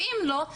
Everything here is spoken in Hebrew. ואם לא,